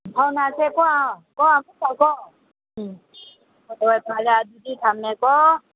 ꯐꯥꯎꯅꯁꯦꯀꯣ ꯀꯣ ꯄꯥꯎꯗꯣ ꯍꯣꯏ ꯐꯔꯦ ꯑꯗꯨꯗꯤ ꯊꯝꯃꯦꯀꯣ